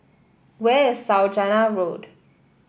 where is Saujana Road